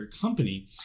company